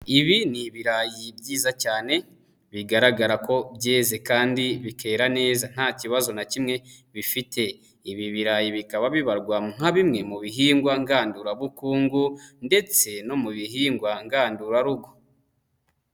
Ibi ni ibirayi byiza cyane bigaragara ko byeze kandi bikera neza nta kibazo na kimwe bifite, ibi birayi bikaba bibarwa nka bimwe mu bihingwa ngandurabukungu ndetse no mu bihingwa ngandurarugo.